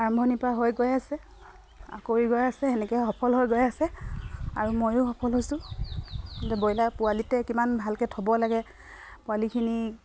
আৰম্ভণিৰ পৰা হৈ গৈ আছে কৰি গৈ আছে সেনেকে সফল হৈ গৈ আছে আৰু ময়ো সফল হৈছোঁ যে ব্ৰইলাৰ পোৱালিতে কিমান ভালকে থ'ব লাগে পোৱালিখিনি